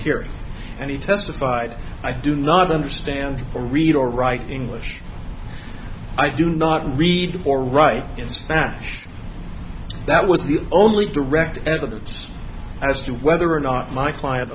he testified i do not understand or read or write english i do not read or write in spanish that was the only direct evidence as to whether or not my client